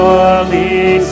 Holy